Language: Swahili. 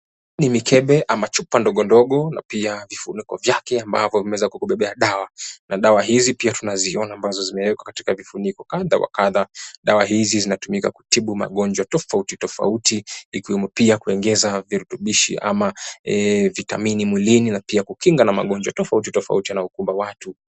Hii ni mikebe ama chupa ndogo ndogo na pia vifunuko vyake ambavyo vimeweza kukubebea dawa. Na dawa hizi pia tunaziona ambazo zimewekwa katika vifuniko kadha wa kadha. Dawa hizi zinatumika kutibu magonjwa tofauti tofauti, ikiwemo pia kuongeza virutubishi ama vitamini mwilini na pia kukinga na magonjwa tofauti tofauti yanayokumba watu.